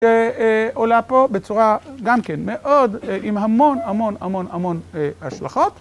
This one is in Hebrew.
עולה פה בצורה גם כן מאוד עם המון המון המון המון השלכות.